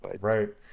right